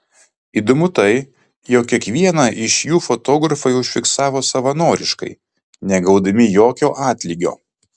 įdomu tai jog kiekvieną iš jų fotografai užfiksavo savanoriškai negaudami jokio atlygio